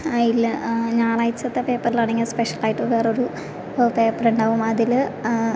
അതിൽ ഞായറാഴ്ചത്തെ പേപ്പറിലാണെങ്കിൽ സ്പെഷ്യലായിട്ട് വേറൊരു പേപ്പറുണ്ടാവും അതിൽ